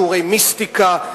שיעורי מיסטיקה,